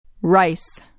Rice